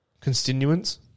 Constituents